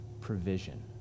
provision